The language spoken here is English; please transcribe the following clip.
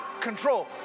control